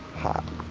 hot.